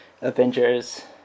Avengers